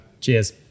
Cheers